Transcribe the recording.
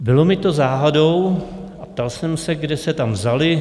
Bylo mi to záhadou, ptal jsem se, kde se tam vzaly.